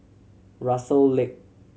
Russel Lack